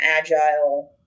agile